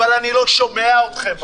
אבל אני לא שומע אתכם מספיק.